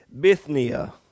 Bithynia